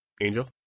Angel